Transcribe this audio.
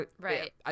Right